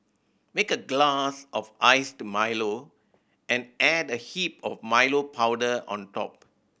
make a glass of iced Milo and add a heap of Milo powder on top